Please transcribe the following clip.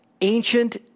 ancient